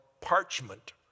parchment